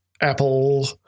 Apple